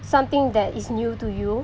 something that is new to you